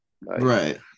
Right